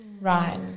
right